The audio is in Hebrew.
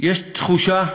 יש תחושה